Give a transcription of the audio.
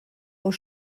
aux